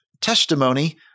testimony